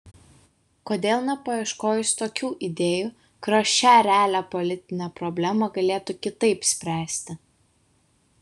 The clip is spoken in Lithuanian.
kodėl nepaieškojus tokių idėjų kurios šią realią politinę problemą galėtų kitaip spręsti